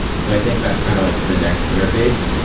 so i think that's kind of like the next interface.